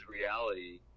reality